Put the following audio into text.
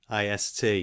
ist